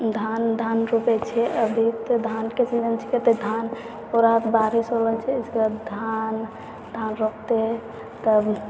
धान रोपय छै अभी तऽ धानके सीजन छिकै तऽ धान पूरा बारिश हो रहलो छै इसके बाद धान रोपते तब